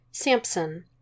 Samson